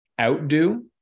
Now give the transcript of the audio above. outdo